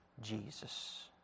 Jesus